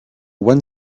one